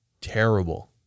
terrible